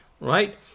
Right